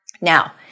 Now